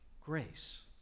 grace